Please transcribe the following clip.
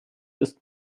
ist